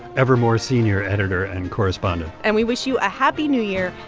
ever more a senior editor and correspondent and we wish you a happy new year,